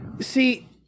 See